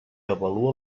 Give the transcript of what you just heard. avalua